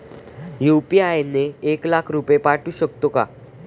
UPI ने एक लाख रुपये पाठवू शकतो का?